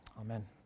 Amen